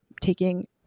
taking